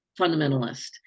fundamentalist